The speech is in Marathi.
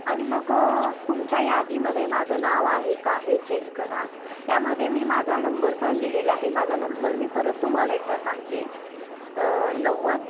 आणि मग तुमच्या यादीमध्ये माझं नाव आहे का हे चेक करा त्यामध्ये मी माझा नंबर पण दिलेला आहे माझा नंबर मी परत तुम्हाला एकदा सांगते नव्वद